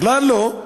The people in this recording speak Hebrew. בכלל לא.